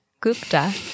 Gupta